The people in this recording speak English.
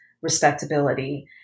respectability